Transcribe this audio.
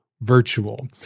virtual